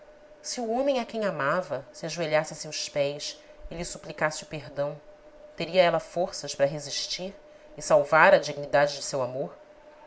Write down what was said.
se o homem a quem amava se ajoelhasse a seus pés e lhe suplicasse o perdão teria ela forças para resistir e salvar a dignidade de seu amor